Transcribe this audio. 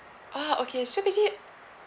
ah okay so basically